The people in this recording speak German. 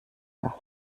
der